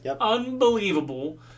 unbelievable